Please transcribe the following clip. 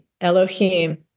Elohim